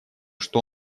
что